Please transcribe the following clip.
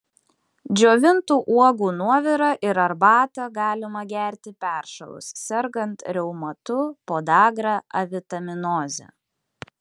džiovintų uogų nuovirą ir arbatą galima gerti peršalus sergant reumatu podagra avitaminoze